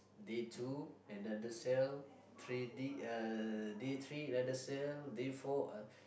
day two another cell three d~ uh day three another cell day four uh